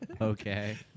Okay